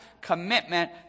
commitment